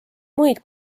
muid